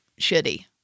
shitty